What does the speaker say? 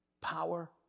Power